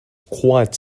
quite